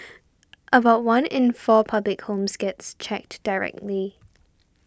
about one in four public homes gets checked directly